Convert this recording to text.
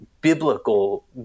biblical